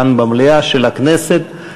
כאן במליאה של הכנסת,